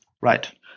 Right